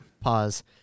pause